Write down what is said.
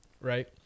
right